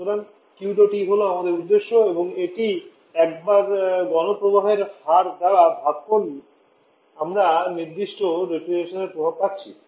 সুতরাং Q dot E হল আমাদের উদ্দেশ্য এবং এটি একবার গণ প্রবাহের হার দ্বারা ভাগ করে আমরা নির্দিষ্ট রেফ্রিজারেশনের প্রভাব পাচ্ছি